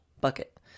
bucket